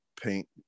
paint